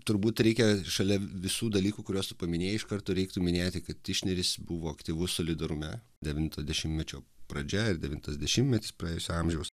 turbūt reikia šalia visų dalykų kuriuos tu paminėjai iš karto reiktų minėti kad tišneris buvo aktyvus solidarume devinto dešimtmečio pradžia ir devintas dešimtmetis praėjusio amžiaus